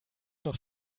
noch